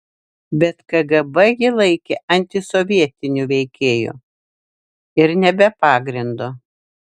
bet kgb jį laikė antisovietiniu veikėju ir ne be pagrindo